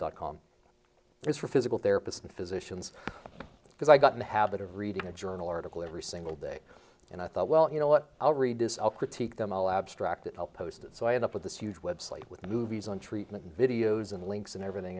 dot com it's for physical therapist and physicians because i got in the habit of reading a journal article every single day and i thought well you know what i'll read this critique them all abstracted help post it so i end up with this huge website with movies on treatment videos and links and everything